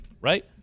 right